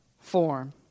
form